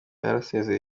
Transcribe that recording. yarasezeye